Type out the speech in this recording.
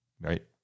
Right